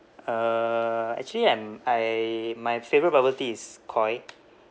uh actually I'm I my favourite bubble tea is koi